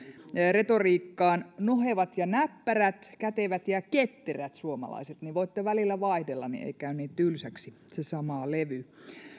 retoriikkaan myös nohevat ja näppärät kätevät ja ketterät suomalaiset niin voitte välillä vaihdella että ei käy niin tylsäksi se sama levy